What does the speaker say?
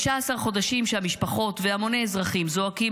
15 חודשים שהמשפחות והמוני אזרחים זועקים